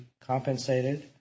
compensated